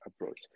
approach